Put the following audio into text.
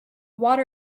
water